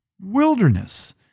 wilderness